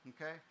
Okay